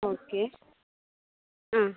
okay ആ